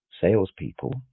salespeople